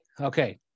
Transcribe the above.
Okay